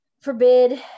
forbid